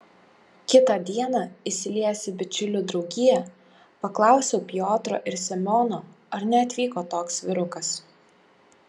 kitą dieną įsiliejęs į bičiulių draugiją paklausiau piotro ir semiono ar neatvyko toks vyrukas